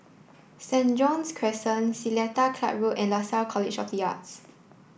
Saint John's Crescent Seletar Club Road and Lasalle College of the Arts